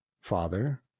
Father